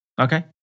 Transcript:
Okay